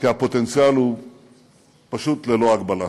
כי הפוטנציאל הוא פשוט ללא הגבלה.